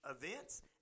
Events